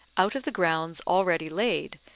out of the grounds already laid,